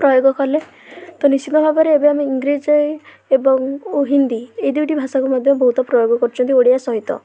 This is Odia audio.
ପ୍ରୟୋଗ କଲେ ତ ନିଶ୍ଚିନ୍ତ ଭାବରେ ଏବେ ଆମେ ଇଂରେଜ ଏବଂ ହିଦୀ ଏଇ ଦୁଇଟି ଭାଷାକୁ ମଧ୍ୟ ବହୁତ ପ୍ରୟୋଗ କରୁଛନ୍ତି ଓଡ଼ିଆ ସହିତ